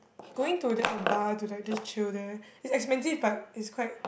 going to just a bar to like just chill there it's expensive but it's quite